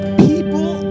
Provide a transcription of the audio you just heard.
people